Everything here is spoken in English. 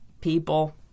people